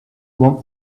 want